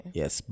yes